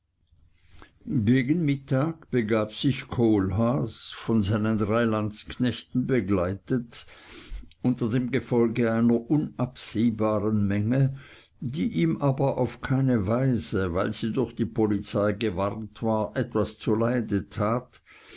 gegen mittag begab sich kohlhaas von seinen drei landsknechten begleitet unter dem gefolge einer unabsehbaren menge die ihm aber auf keine weise weil sie durch die polizei gewarnt war etwas zuleide tat